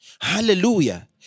Hallelujah